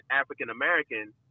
African-American